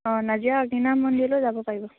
অঁ নাজিৰা অগ্নিনাভ মন্দিৰলৈও যাব পাৰিব